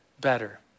better